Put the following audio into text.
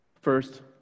First